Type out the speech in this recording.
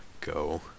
go